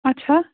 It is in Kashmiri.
اَچھا